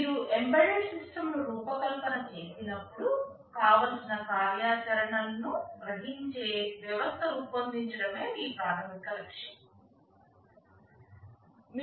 మీరు ఎంబెడెడ్ సిస్టంను రూపకల్పన చేస్తున్నప్పుడుకావలసిన కార్యాచరణను గ్రహించే వ్యవస్థను రూపొందించడమే మీ ప్రాధమిక లక్ష్యం